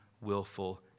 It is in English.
willful